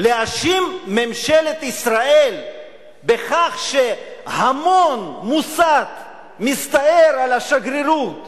להאשים את ממשלת ישראל בכך שהמון מוסת מסתער על השגרירות